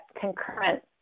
concurrent